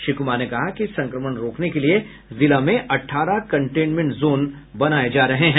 श्री कुमार ने कहा कि संक्रमण रोकने के लिए जिला में अट्टारह कंटेनमेंट जोन बनाये जा रहे हैं